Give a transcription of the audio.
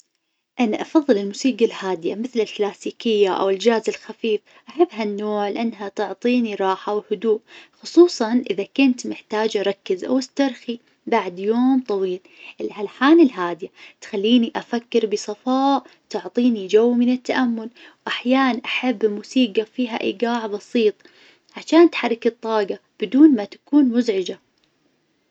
أنا أفظل الموسيقى الهادية مثل الكلاسيكية أو الجاز الخفيف، أحب ها النوع لأنها تعطيني راحة وهدوء خصوصا إذا كنت محتاجة أركز أو استرخي بعد يوم طويل. الألحان الهادية تخليني أفكر بصفاء، تعطيني جو من التأمل. وأحيانا أحب موسيقى فيها إيقاع بسيط عشان تحرك الطاقة بدون ما تكون مزعجة.